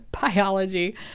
biology